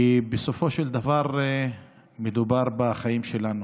כי בסופו של דבר מדובר בחיים שלנו,